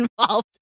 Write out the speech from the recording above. involved